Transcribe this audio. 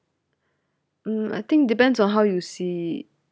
mm I think depends on how you see it